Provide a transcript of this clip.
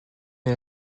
est